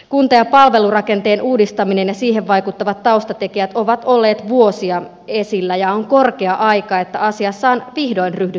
kunta ja palvelurakenteen uudistaminen ja siihen vaikuttavat taustatekijät ovat olleet vuosia esillä ja on korkea aika että asiassa on vihdoin ryhdytty toimiin